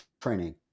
training